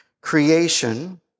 creation